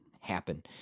happen